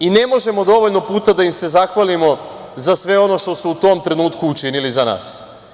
Ne možemo dovoljno puta da im se zahvalimo za sve ono što su u tom trenutku učinili za nas.